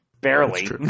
Barely